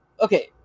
Okay